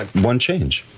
ah one change,